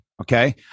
okay